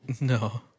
No